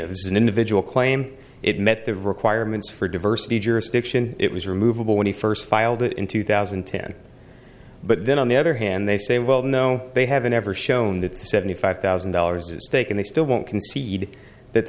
is an individual claim it met the requirements for diversity jurisdiction it was removable when he first filed it in two thousand and ten but then on the other hand they say well no they haven't ever shown that the seventy five thousand dollars is a stake and they still won't concede that